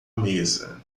mesa